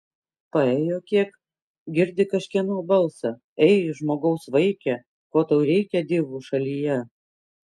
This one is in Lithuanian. paėjo kiek girdi kažkieno balsą ei žmogaus vaike ko tau reikia divų šalyje